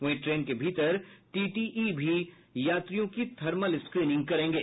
वहीं ट्रेन के भीतर टीटीई भी यात्रियों की थर्मल स्क्रीनिंग करेंगे